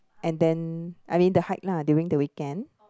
and then I mean the hike lah during the weekend